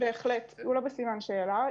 הוא לא בסימן שאלה.